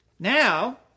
Now